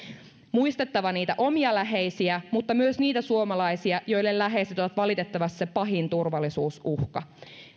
muistettava niitä omia läheisiä mutta myös niitä suomalaisia joille läheiset ovat valitettavasti se pahin turvallisuusuhka